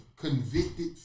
convicted